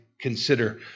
Consider